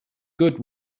good